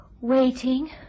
waiting